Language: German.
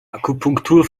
akupunktur